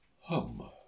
Hum